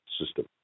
system